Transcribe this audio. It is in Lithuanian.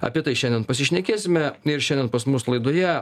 apie tai šiandien pasišnekėsime ir šiandien pas mus laidoje